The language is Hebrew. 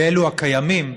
ואלו הקיימים,